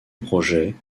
projet